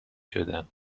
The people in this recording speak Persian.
شدن